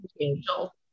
angel